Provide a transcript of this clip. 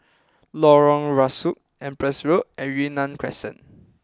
Lorong Rusuk Empress Road and Yunnan Crescent